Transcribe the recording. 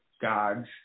God's